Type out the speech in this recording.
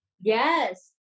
Yes